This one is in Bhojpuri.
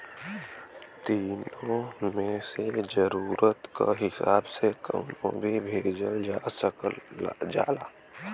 तीनो मे से जरुरत क हिसाब से कउनो भी भेजल जा सकल जाला